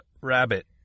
rabbit